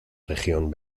región